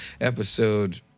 episode